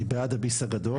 אני בעד הביס הגדול.